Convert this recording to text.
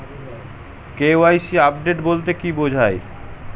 KYC update বলতে কি বোঝায়?